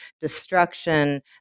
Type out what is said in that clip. destruction